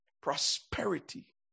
Prosperity